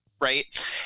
right